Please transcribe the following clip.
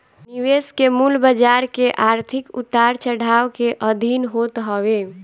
निवेश के मूल्य बाजार के आर्थिक उतार चढ़ाव के अधीन होत हवे